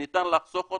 שניתן לחסוך אותו,